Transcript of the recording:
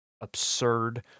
absurd